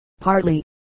partly